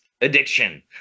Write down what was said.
addiction